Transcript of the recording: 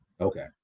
Okay